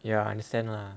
ya understand lah